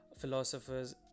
philosophers